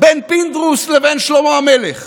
בין פינדרוס לבין שלמה המלך.